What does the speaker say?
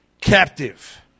captive